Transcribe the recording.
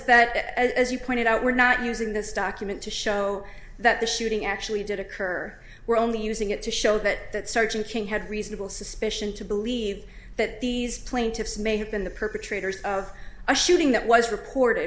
that as you pointed out we're not using this document to show that the shooting actually did occur we're only using it to show that sergeant king had reasonable suspicion to believe that these plaintiffs may have been the perpetrators of a shooting that was reported